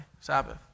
Sabbath